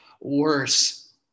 worse